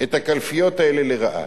את הקלפיות האלה לרעה.